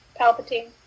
Palpatine